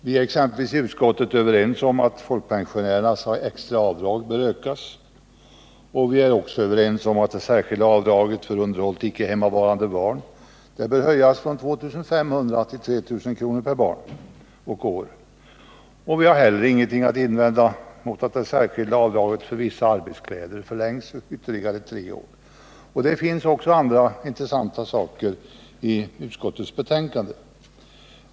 Vi är exempelvis i utskottet överens om att folkpensionärernas extra avdrag bör ökas, och vi är också överens om att det särskilda avdraget för underhåll till icke hemmavarande barn bör höjas från 2 500 till 3 000 kr. per barn och år. Vi har heller ingenting att invända mot att det särskilda avdraget för vissa arbetskläder förlängs med ytterligare tre år. Det finns också andra intressanta saker i utskottets betänkande.